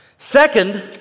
Second